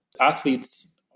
Athletes